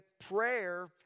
prayer